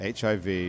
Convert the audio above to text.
HIV